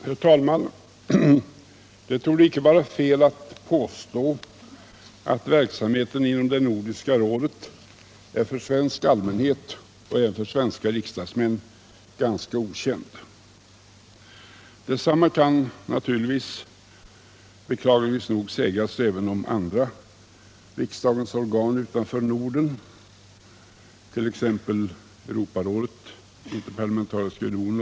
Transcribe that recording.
Herr talman! Det torde icke vara fel att påstå att verksamheten inom Nordiska rådet är för den svenska allmänheten och även för svenska riksdagsmän ganska okänd. Detsamma kan beklagligt nog sägas även om andra riksdagens organ, utanför Norden, t.ex. Europarådet och Interparlamentariska unionen.